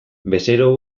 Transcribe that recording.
bezero